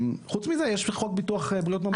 חוץ מזה יש את חוק ביטוח בריאות ממלכתי